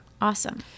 awesome